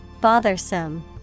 Bothersome